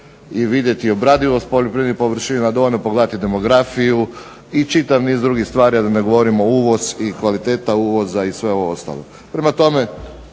i vidjeti obradivost poljoprivrednih površina, a dovoljno je pogledati demografiju i čitav niz drugih stvari, a da ne govorimo uvoz i kvaliteta uvoza i sve ovo ostalo.